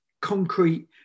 concrete